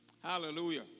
Hallelujah